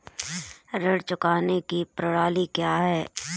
ऋण चुकाने की प्रणाली क्या है?